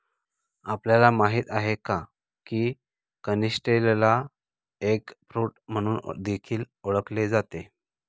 आपल्याला माहित आहे का? की कनिस्टेलला एग फ्रूट म्हणून देखील ओळखले जाते